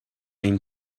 این